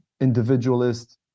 individualist